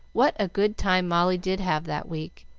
what a good time molly did have that week!